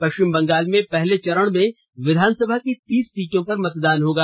पश्चिम बंगाल में पहले चरण में विधानसभा की तीस सीटों पर मतदान होगा